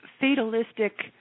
fatalistic